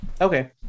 Okay